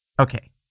okay